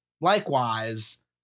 likewise